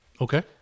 Okay